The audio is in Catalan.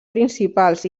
principals